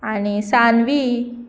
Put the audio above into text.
आनी सानवी